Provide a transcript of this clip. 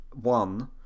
One